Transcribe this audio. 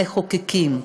המחוקקים,